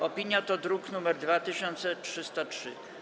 Opinia to druk nr 2303.